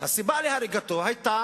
הסיבה להריגתו היתה